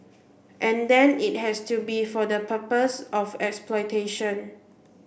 and then it has to be for the purpose of exploitation